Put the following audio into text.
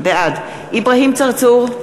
בעד אברהים צרצור,